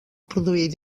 produir